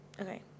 Okay